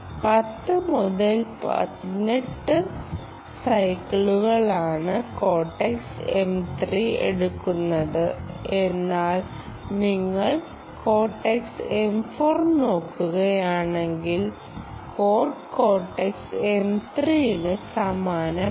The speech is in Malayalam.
10 മുതൽ 18 വരെ സൈക്കിളുകളാണ് കോർടെക്സ് M3 എടുക്കുന്നത് എന്നാൽ നിങ്ങൾ കോർടെക്സ് M4 നോക്കിയാൽ കോഡ് കോർടെക്സ് M3ന് സമാനമാണ്